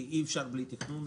כי אי אפשר בלי תכנון,